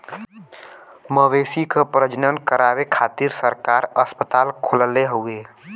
मवेशी के प्रजनन करावे खातिर सरकार अस्पताल खोलले हउवे